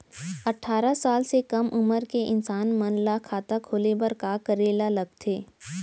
अट्ठारह साल से कम उमर के इंसान मन ला खाता खोले बर का करे ला लगथे?